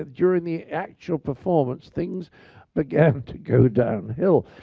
ah during the actual performance, things began to go downhill.